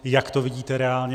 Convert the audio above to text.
Jak to vidíte reálně?